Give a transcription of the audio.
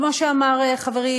כמו שאמר חברי,